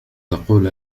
تقول